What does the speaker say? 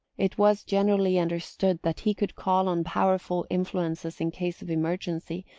it was generally understood that he could call on powerful influences in case of emergency,